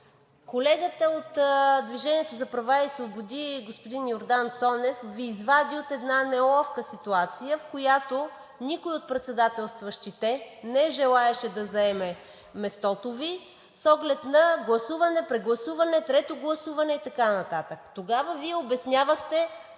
колегата от „Движението за права и свободи“ господин Йордан Цонев Ви извади от една неловка ситуация, в която никой от председателстващите не желаеше да заеме мястото Ви с оглед на гласуване, прегласуване, трето гласуване и така нататък. Тогава Вие обяснявахте